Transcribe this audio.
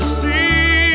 see